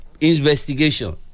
investigation